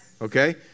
Okay